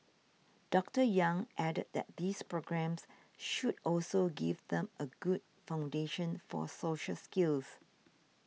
Doctor Yang added that these programmes should also give them a good foundation for social skills